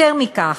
יותר מכך,